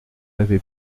avait